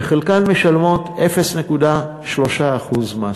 שחלקן משלמות 0.3% מס.